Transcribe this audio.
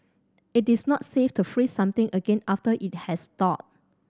it is not safe to freeze something again after it has thawed